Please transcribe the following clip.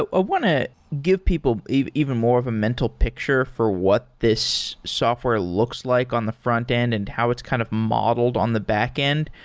but want to give people even more of a mental picture for what this software looks like on the frontend and how it's kind of modeled on the backend.